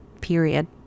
Period